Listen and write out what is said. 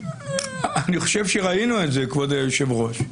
אני חושב שראינו את זה, כבוד היושב ראש.